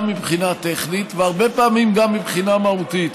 גם מבחינה טכנית והרבה פעמים גם מבחינה מהותית,